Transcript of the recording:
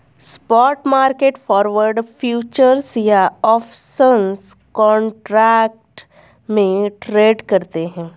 spot market forward, futures या options contract में trade करते हैं